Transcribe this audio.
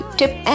tip